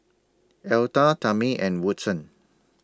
Alta Tamie and Woodson